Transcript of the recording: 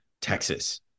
Texas